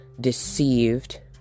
deceived